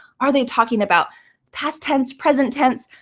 are they talking about past tense, present tense?